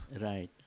Right